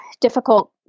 difficult